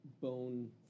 bone